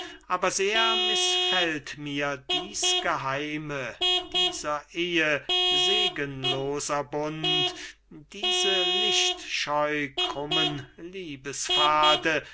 aber sehr mißfällt mir dies geheime dieser ehe segenloser bund diese lichtscheu